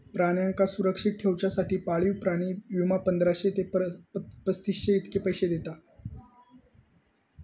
प्राण्यांका सुरक्षित ठेवच्यासाठी पाळीव प्राणी विमा, पंधराशे ते पस्तीसशे इतके पैशे दिता